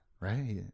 Right